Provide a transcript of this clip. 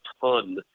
ton